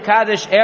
Kaddish